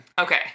Okay